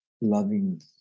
loving